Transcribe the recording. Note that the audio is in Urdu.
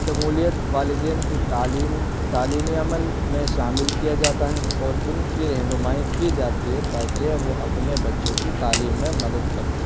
شمولیت والدین کی تعلیم تعلیمی عمل میں شامل کیا جاتا ہے اور ان کی رہنمائی کی جاتی ہے تاکہ وہ اپنے بچے کی تعلیم میں مدد کر سکیں